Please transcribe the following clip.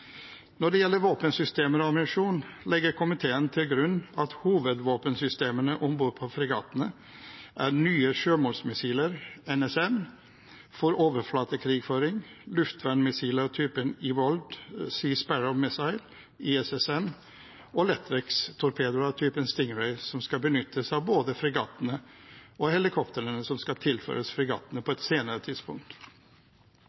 Når det gjelder våpensystemer og ammunisjon, legger komiteen til grunn at hovedvåpensystemene om bord på fregattene er nye sjømålsmissiler, NSM, for overflatekrigføring, luftvernmissiler av typen Evolved Sea Sparrow Missil, ESSM, og lettvektstorpedoer av typen Sting Ray, som skal benyttes av både fregattene og helikoptrene som skal tilføres fregattene på